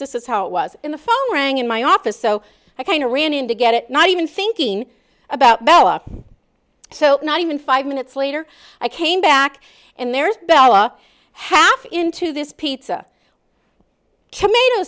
this is how it was in the phone rang in my office so i kind of ran in to get it not even thinking about bella so not even five minutes later i came back and there's bella half into this pizza tomato